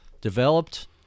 developed